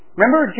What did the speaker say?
Remember